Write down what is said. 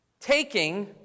taking